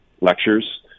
lectures